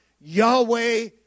Yahweh